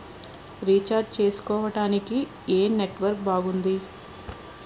Recharge చేసుకోవటానికి ఏం network బాగుంది?